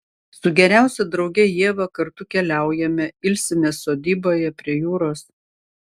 su geriausia drauge ieva kartu keliaujame ilsimės sodyboje prie jūros